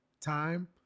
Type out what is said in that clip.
time